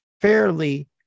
fairly